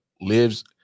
lives